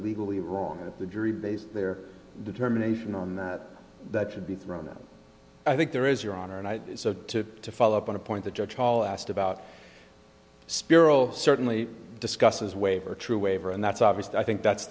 legally wrong that the jury based their determination on that that should be thrown out i think there is your honor and i so to to follow up on a point the judge paul asked about spiro certainly discusses waiver true waiver and that's obviously i think that's